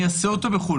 אני אעשה אותו בחו"ל.